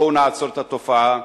בואו נעצור את התופעה,